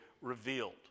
revealed